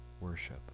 Worship